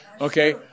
Okay